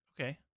Okay